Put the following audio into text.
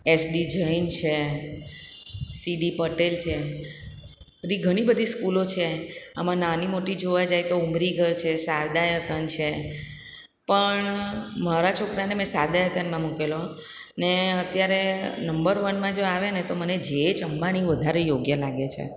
SD Jain છે CD Patel છે બધી ઘણી બધી સ્કૂલો છે આમાં નાની મોટી જોવા જઈએ તો ઉંમરી ઘર છે શારદારતન છે પણ મારા છોકરાને મેં શારદારતનમાં મૂકેલો ને અત્યારે નંબર વનમાં જો આવે ને તો મને જેએચ અંબાણી વધારે યોગ્ય લાગે છે